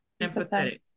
empathetic